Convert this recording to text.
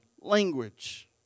language